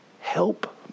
Help